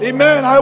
Amen